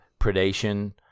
predation